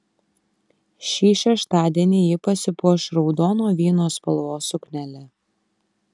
šį šeštadienį ji pasipuoš raudono vyno spalvos suknele